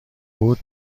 بود